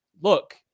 look